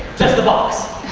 just the box.